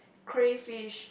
crayfish